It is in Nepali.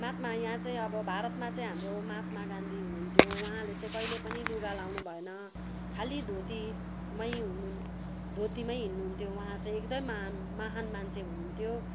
महात्मा यहाँ चाहिँ अब भारतमा चाहिँ हाम्रो महात्मा गाँधी हुनुहुन्थ्यो उहाँले चाहिँ कहिल्यै पनि लुगा लगाउनु भएन खालि धोतीमै हुनु धोतीमै हिँड्नु हुन्थ्यो उहाँ चाहिँ एकदमै महान महान मान्छे हुनुहुन्थ्यो